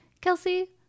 kelsey